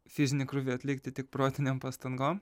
fizinį krūvį atlikti tik protinėm pastangom